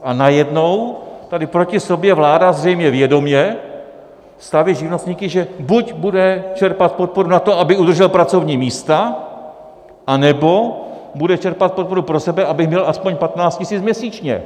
A najednou tady proti sobě vláda zřejmě vědomě staví živnostníky, že buď bude čerpat podporu na to, aby udržel pracovní místa, anebo bude čerpat podporu pro sebe, aby měl aspoň 15 tisíc měsíčně.